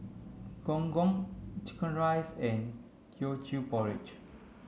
gong gong chicken rice and Teochew Porridge